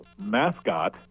mascot